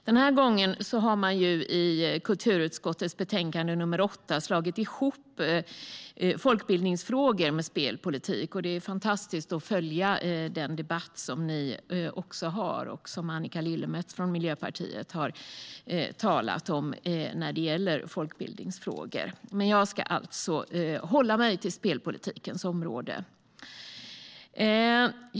Den här gången har man i kulturutskottets betänkande nr 8 slagit ihop folkbildningsfrågor med spelpolitik, och det är fantastiskt att följa den debatt som ni har om folkbildningsfrågor och som Annika Lillemets från Miljöpartiet deltar i. Men jag ska alltså hålla mig till spelpolitikens område.